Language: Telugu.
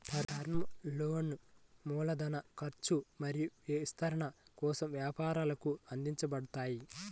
టర్మ్ లోన్లు మూలధన ఖర్చు మరియు విస్తరణ కోసం వ్యాపారాలకు అందించబడతాయి